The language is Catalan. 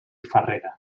farrera